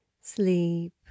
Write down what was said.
Sleep